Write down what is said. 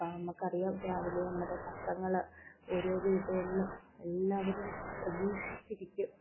നമുക്ക് അറിയാം രാവിലെ നമ്മുടെ പത്രങ്ങൾ ഓരോ വീടുകളിലും എല്ലാവരും പ്രതീക്ഷിച്ചിരിക്കും